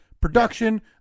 Production